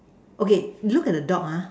okay look at the dog ah